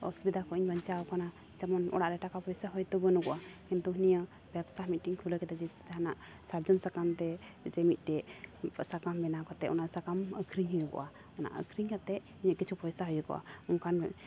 ᱚᱥᱩᱵᱤᱫᱷᱟ ᱠᱚᱧ ᱵᱟᱧᱪᱟᱣ ᱠᱟᱱᱟ ᱡᱮᱢᱚᱱ ᱚᱲᱟᱜ ᱨᱮ ᱴᱟᱠᱟ ᱯᱚᱭᱥᱟ ᱦᱚᱭᱛᱳ ᱵᱟᱹᱱᱩᱜᱼᱟ ᱠᱤᱱᱛᱩ ᱱᱤᱭᱟᱹ ᱵᱮᱵᱽᱥᱟ ᱢᱤᱫᱴᱤᱡ ᱤᱧ ᱠᱷᱩᱞᱟᱹᱣ ᱠᱮᱫᱟ ᱡᱟᱦᱟᱱᱟᱜ ᱥᱟᱨᱡᱚᱱ ᱥᱟᱠᱟᱢᱛᱮ ᱢᱤᱫᱴᱮᱡ ᱥᱟᱠᱟᱢ ᱵᱮᱱᱟᱣ ᱠᱟᱛᱮᱫ ᱚᱱᱟ ᱥᱟᱠᱟᱢ ᱟᱹᱠᱷᱨᱤᱧ ᱦᱩᱭᱩᱜᱼᱟ ᱚᱱᱟ ᱟᱹᱠᱷᱨᱤᱧ ᱠᱟᱛᱮᱫ ᱤᱧᱟᱹᱜ ᱠᱤᱪᱷᱩ ᱯᱚᱭᱥᱟ ᱦᱩᱭᱩᱜᱚᱜᱼᱟ ᱚᱱᱠᱟᱱ